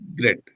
Great